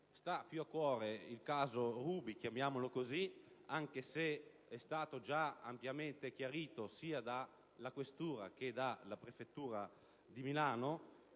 sta più a cuore il «caso Ruby», chiamiamolo così, anche se è stata già ampiamente chiarita sia dalla questura che dalla prefettura di Milano